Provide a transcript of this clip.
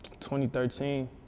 2013